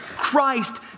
Christ